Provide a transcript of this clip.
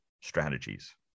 Strategies